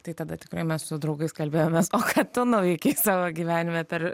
tai tada tikrai mes su draugais kalbėjomės o ką tu nuveikei savo gyvenime per